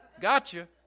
gotcha